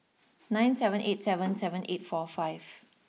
nine seven eight seven seven eight four five